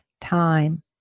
time